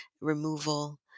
removal